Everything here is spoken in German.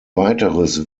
weiteres